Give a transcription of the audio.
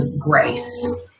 grace